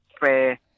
fair